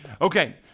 Okay